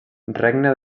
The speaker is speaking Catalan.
regne